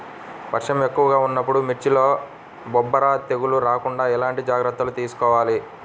వర్షం ఎక్కువగా ఉన్నప్పుడు మిర్చిలో బొబ్బర తెగులు రాకుండా ఎలాంటి జాగ్రత్తలు తీసుకోవాలి?